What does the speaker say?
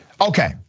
Okay